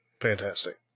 fantastic